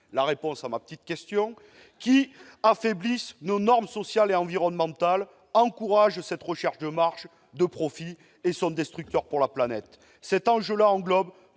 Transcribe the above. la réponse à ma petite question, monsieur le ministre -qui affaiblissent nos normes sociales et environnementales, encouragent cette recherche de marges, de profits, et sont destructeurs pour la planète. Cet enjeu-là englobe